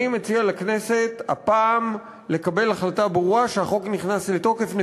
אני מציע לכנסת הפעם לקבל החלטה ברורה שהחוק נכנס לתוקף,